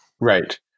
Right